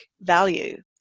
value